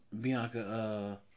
Bianca